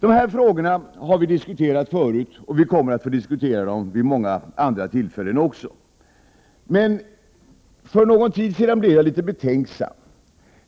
De här frågorna har vi diskuterat förut, och vi kommer också att få diskutera dem vid många tillfällen längre fram. Men för någon tid sedan blev jag litet betänksam.